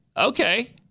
Okay